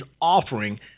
offering